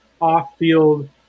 off-field